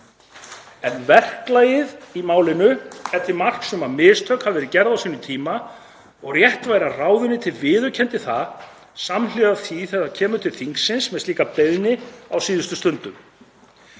en verklagið í málinu er til marks um að mistök hafi verið gerð á sínum tíma og rétt væri að ráðuneytið viðurkenndi það samhliða því sem það kemur til þingsins með slíka beiðni á síðustu stundu.